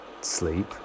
sleep